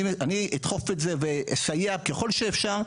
אני אדחוף את זה ואסייע ככל שאפשר,